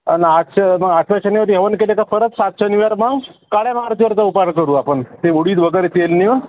अन् आठशे मग आठव्या शनिवारी हवन केलं तर परत सात शनिवार मग काळ्या मारतीवरचा उपार करू आपन ते उडीद वगैरे ते नेऊन